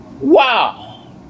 Wow